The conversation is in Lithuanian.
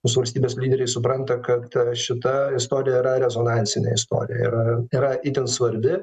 mūsų valstybės lyderiai supranta kad šita istorija yra rezonansinė istorija ir yra itin svarbi